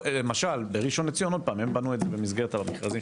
למשל בראשון לציון עוד פעם הם בנו את זה במסגרת המכרזים